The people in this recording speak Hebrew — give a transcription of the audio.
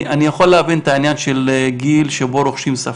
אני יכול להבין את העניין של גיל שבו רוכשים שפה.